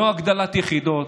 לא הגדלת יחידות.